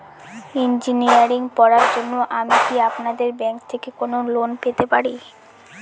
Engineering পড়ার জন্য আমি কি আপনাদের ব্যাঙ্ক থেকে কোন লোন পেতে পারি?